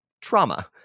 trauma